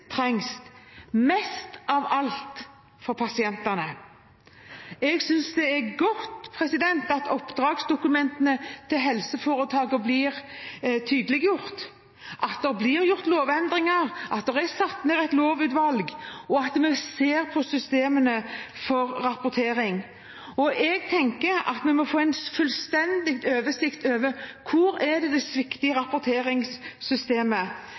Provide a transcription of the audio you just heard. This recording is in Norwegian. trengs, mest av alt for pasientenes skyld. Jeg synes det er godt at oppdragsdokumentene til helseforetakene blir tydeliggjort, at det blir gjort lovendringer, at det er satt ned et lovutvalg, og at vi ser på systemene for rapportering. Jeg tenker at vi må få en fullstendig oversikt over hvor det svikter i rapporteringssystemet,